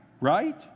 right